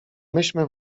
myśmy